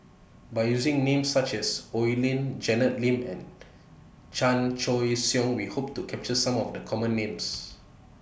By using Names such as Oi Lin Janet Lim and Chan Choy Siong We Hope to capture Some of The Common Names